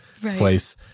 place